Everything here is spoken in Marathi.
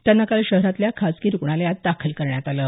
त्यांना काल शहरातल्या खासगी रुग्णालयात दाखल करण्यात आलं आहे